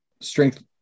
strength